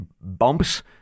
bumps